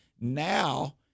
now